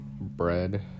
bread